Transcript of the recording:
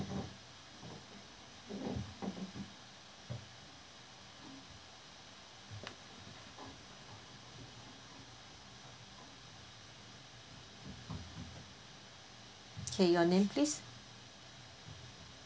okay your name please